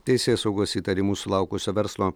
teisėsaugos įtarimų sulaukusio verslo